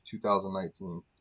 2019